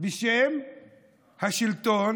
בשם "שלטון